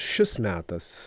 šis metas